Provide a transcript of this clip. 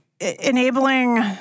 enabling